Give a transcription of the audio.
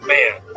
Man